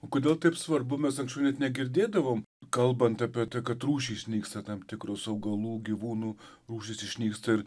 o kodėl taip svarbu mes anksčiau net negirdėdavom kalbant apie tai kad rūšys nyksta tam tikros augalų gyvūnų rūšys išnyksta ir